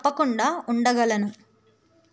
తప్పకుండా ఉండగలను